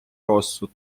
розсуд